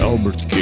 Albert